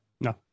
No